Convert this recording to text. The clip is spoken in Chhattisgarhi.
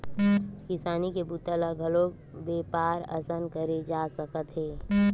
किसानी के बूता ल घलोक बेपार असन करे जा सकत हे